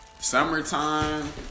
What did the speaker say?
summertime